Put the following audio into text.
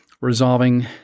resolving